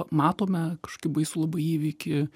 matome kažkokį baisų labai įvykį